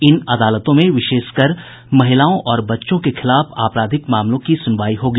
इन अदालतों में विशेषकर महिलाओं और बच्चों के खिलाफ आपराधिक मामलों की सुनवाई होगी